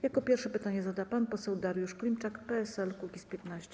Jako pierwszy pytanie zada pan poseł Dariusz Klimczak, PSL - Kukiz15.